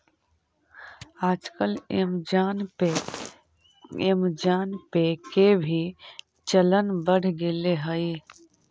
आजकल ऐमज़ान पे के भी चलन बढ़ गेले हइ